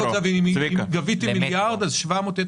אם נגבה מיליארד שקל אז 700 מיליון שקל יהיה